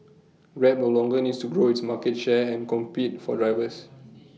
grab no longer needs to grow its market share and compete for drivers